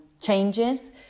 changes